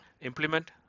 Implement